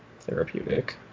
therapeutic